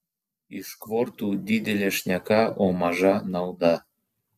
iš kvortų didelė šneka o maža nauda